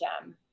gem